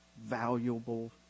valuable